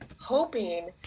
hoping